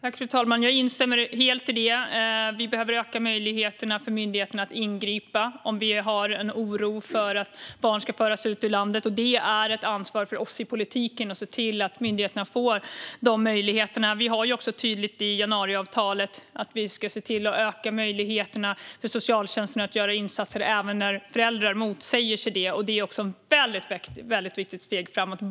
Fru talman! Jag instämmer helt i detta. Vi behöver öka möjligheterna för myndigheterna att ingripa om det finns en oro för att barn ska föras ut ur landet. Det är ett ansvar för oss i politiken att se till att myndigheterna får dessa möjligheter. Det är också tydligt i januariavtalet att vi ska se till att öka möjligheterna för socialtjänsten att göra insatser även när föräldrar motsätter sig det. Detta är också ett väldigt viktigt steg framåt.